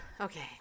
okay